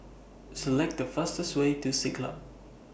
Select The fastest Way to Siglap